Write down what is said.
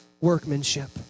workmanship